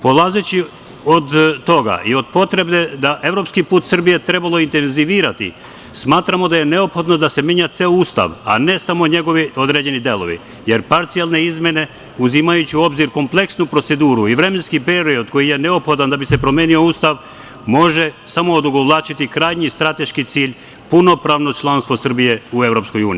Polazeći od toga i od potrebe da je evropski put Srbije trebalo intenzivirati, smatramo da je neophodno da se menja ceo Ustav, a ne samo njegovi određeni delovi, jer parcijalne izmene, uzimajući u obzir kompleksnu proceduru i vremenski period koji je neophodan da bi se promenio Ustav, može samo odugovlačiti krajnji strateški cilj, punopravno članstvo Srbije u EU.